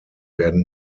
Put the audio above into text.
werden